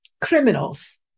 criminals